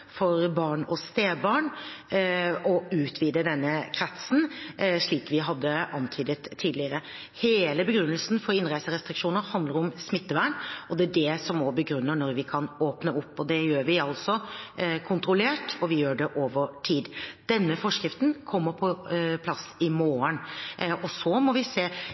for barn og stebarn, og utvide denne kretsen, slik vi hadde antydet tidligere. Hele begrunnelsen for innreiserestriksjoner handler om smittevern, og det er også det som begrunner når vi kan åpne opp, og det gjør vi altså kontrollert, og vi gjør det over tid. Denne forskriften kommer på plass i morgen. Så må vi se